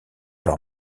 leur